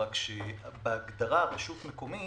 רק שבהגדרה "רשות מקומית"